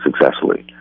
successfully